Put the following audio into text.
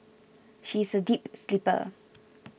she is a deep sleeper